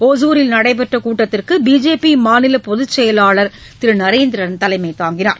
ஒசூரில் நடைபெற்ற கூட்டத்திற்கு பிஜேபி மாநில பொதுச்செயலாளர் திரு நரேந்திரன் தலைமை தாங்கினார்